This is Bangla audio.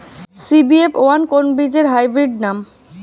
সি.বি.এফ ওয়ান কোন বীজের হাইব্রিড নাম?